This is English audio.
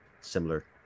similar